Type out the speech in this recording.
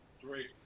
Three